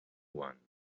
one